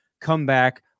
comeback